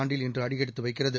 ஆண்டில் இன்று அடியெடுத்து வைக்கிறது